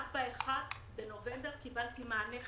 רק ב-1 בנובמבר קיבלתי מענה חלקי.